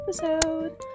episode